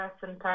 person